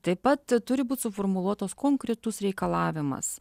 taip pat turi būt suformuluotas konkretus reikalavimas